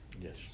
Yes